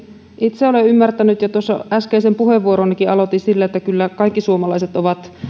itse olen ymmärtänyt niin ja tuossa äskeisen puheenvuoronikin aloitin sillä että kyllä kaikki suomalaiset ovat